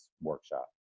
workshop